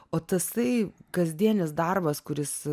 o tasai kasdienis darbas kuris